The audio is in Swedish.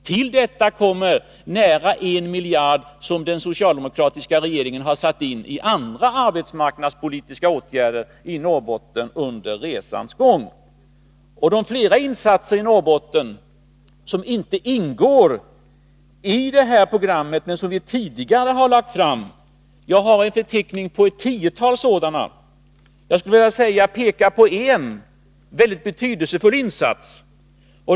Till detta kommer nära 1 miljard, som den socialdemokratiska regeringen satt in på andra arbetsmarknadspolitiska åtgärder i Norrbotten under resans gång. Det är flera insatser i Norrbotten som inte ingår i programmet men som vi tidigare satsat på. Jag har en förteckning på ett tiotal sådana. Jag skulle vilja peka på en mycket betydelsefull insats.